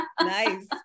Nice